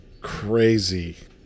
crazy